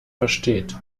versteht